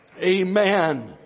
Amen